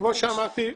כמו שאמרתי,